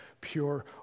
pure